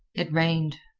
it rained.